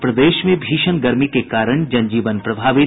और प्रदेश में भीषण गर्मी के कारण जनजीवन प्रभावित